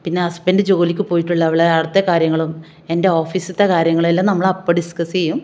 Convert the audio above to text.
പിന്നെ ഹസ്ബൻഡ് ജോലിക്ക് പോയിട്ടുളള അവിടുത്തെ കാര്യങ്ങളും എൻ്റെ ഓഫീസിലത്തെ കാര്യങ്ങളും എല്ലാം നമ്മൾ അപ്പം ഡിസ്കസ് ചെയ്യും